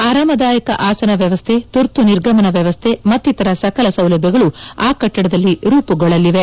ಆರಾಮದಾಯಕ ಆಸನ ವ್ಯವಸ್ಥೆ ತುರ್ತು ನಿರ್ಗಮನ ವ್ಯವಸ್ಥೆ ಮತ್ತಿತರ ಸಕಲ ಸೌಲಭ್ಯಗಳು ಈ ಕಟ್ಟಡದಲ್ಲಿ ರೂಪುಗೊಳ್ಳಲಿವೆ